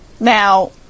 Now